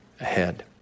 ahead